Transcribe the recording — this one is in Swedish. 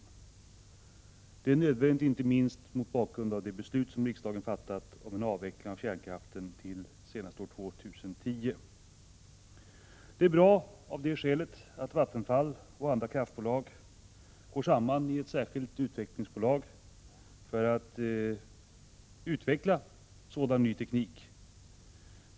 Det är nödvändigt inte minst mot bakgrund av det beslut som riksdagen fattat om avveckling av kärnkraften till senast år 2010. Det är bra, av det skälet, att Vattenfall och andra kraftbolag går samman i ett särskilt utvecklingsbolag för att utveckla sådan ny teknik.